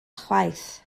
chwaith